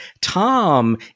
Tom